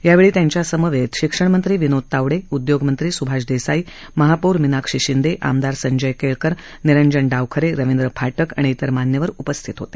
यावेळी त्यांच्या समवेत शिक्षणमंत्री विनोद तावडे उद्योगमंत्री स्भाष देसाई महापौर मीनाक्षी शिंदे आमदार संजय केळकर निरंजन डावखरे रविंद्र फाटक आणि इतर मान्यवर उपस्थित होते